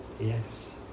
Yes